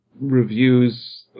reviews